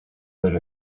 live